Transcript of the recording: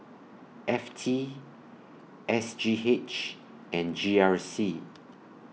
F T S G H and G R C